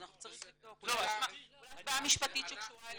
צריך לבדוק, אולי יש בעיה משפטית שקשורה אליכם.